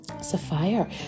sapphire